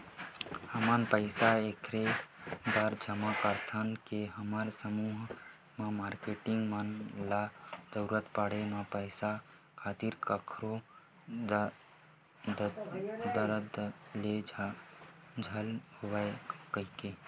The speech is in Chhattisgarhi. हमन पइसा ऐखरे बर जमा करथन के हमर समूह के मारकेटिंग मन ल जरुरत पड़े म पइसा खातिर कखरो दतदत ले झन होवय कहिके